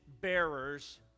bearers